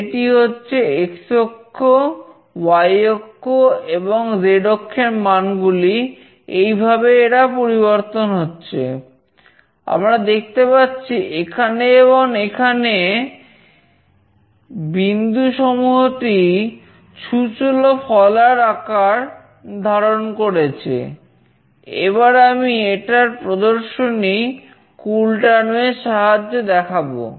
এটি হচ্ছে অ্যাক্সেলেরোমিটার এর সাহায্যে দেখাবো